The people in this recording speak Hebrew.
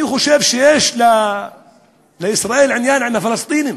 אני חושב שיש לישראל עניין עם הפלסטינים